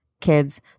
kids